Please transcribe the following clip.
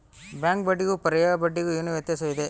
Bank ಬಡ್ಡಿಗೂ ಪರ್ಯಾಯ ಬಡ್ಡಿಗೆ ಏನು ವ್ಯತ್ಯಾಸವಿದೆ?